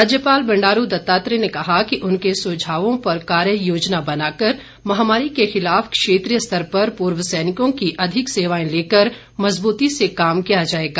राज्यपाल बंडारू दत्तात्रेय ने कहा कि उनके सुझावों पर कार्य योजना बनाकर महामारी के खिलाफ क्षेत्रीय स्तर पर पूर्व सैनिकों की अधिक सेवाएं लेकर मज़बूती से काम किया जाएगा